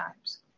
times